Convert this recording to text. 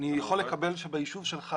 יכול לקבל שביישוב שלך אין.